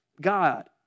God